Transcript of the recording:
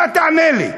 מה תענה לי?